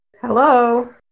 Hello